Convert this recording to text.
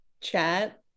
chat